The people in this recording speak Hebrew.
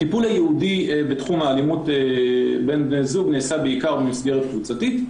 הטיפול הייעודי בתחום האלימות בין בני זוג נעשה בעיקר במסגרת קבוצתית,